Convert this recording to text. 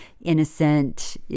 innocent